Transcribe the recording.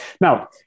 Now